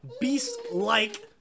beast-like